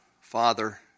Father